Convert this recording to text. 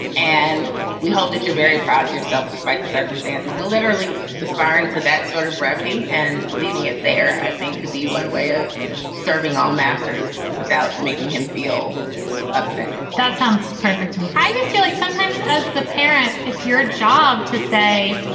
and we hope that you're very proud of yourself despite the circumstances and literally aspiring to that sort of brevity and leaving it there. i think could be one way of serving all masters without making him feel upset that sounds perfect to me. i just feel like sometimes as the parent, it's your job to say